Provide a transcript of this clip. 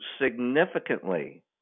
significantly